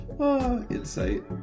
insight